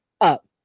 up